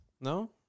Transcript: No